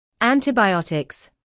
antibiotics